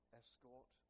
escort